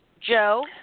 Joe